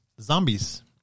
zombies